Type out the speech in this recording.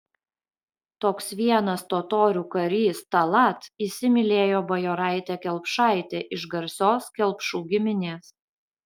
toks vienas totorių karys tallat įsimylėjo bajoraitę kelpšaitę iš garsios kelpšų giminės